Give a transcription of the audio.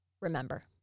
remember